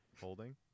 Holding